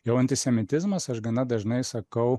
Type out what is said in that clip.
jau antisemitizmas aš gana dažnai sakau